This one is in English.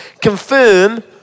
confirm